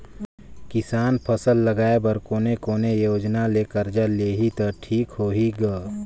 किसान फसल लगाय बर कोने कोने योजना ले कर्जा लिही त ठीक होही ग?